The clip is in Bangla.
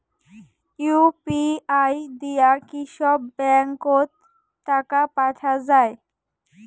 ইউ.পি.আই দিয়া কি সব ব্যাংক ওত টাকা পাঠা যায়?